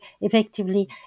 effectively